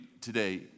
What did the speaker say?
today